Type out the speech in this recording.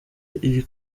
iri